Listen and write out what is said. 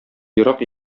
ерак